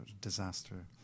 disaster